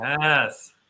Yes